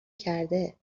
کرده